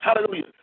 Hallelujah